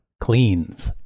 cleans